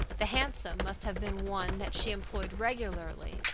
the hansom must have been one that she employed regularly,